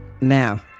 Now